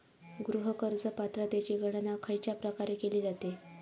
गृह कर्ज पात्रतेची गणना खयच्या प्रकारे केली जाते?